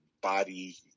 body